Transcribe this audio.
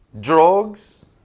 Drugs